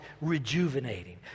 rejuvenating